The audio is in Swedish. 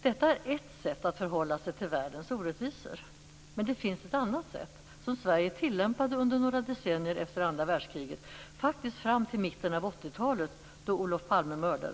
Detta är ett sätt att förhålla sig till världens orättvisor. Men det finns ett annat sätt som Sverige tillämpade under några decennier efter andra världskriget, faktiskt fram till mitten av 80-talet, då Olof Palme mördades.